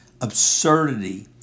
absurdity